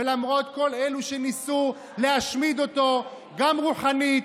ולמרות כל אלו שניסו להשמיד אותו גם רוחנית,